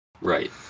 right